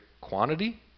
quantity